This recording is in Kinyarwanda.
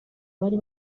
bari